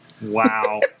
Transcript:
Wow